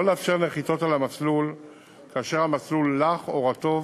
לאפשר נחיתות על המסלול כאשר המסלול לח או רטוב,